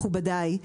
מכובדיי,